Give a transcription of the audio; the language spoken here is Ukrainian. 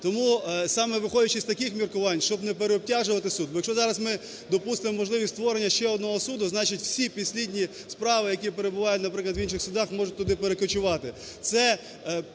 Тому, саме виходячи з таких міркувань, щоб не переобтяжувати суд, бо якщо зараз ми допустимо можливість створення ще одного суду, значить, всі підслідні справи, які перебувають, наприклад, в інших судах, можуть туди перекочувати.